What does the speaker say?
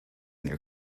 their